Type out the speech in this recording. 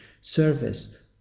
service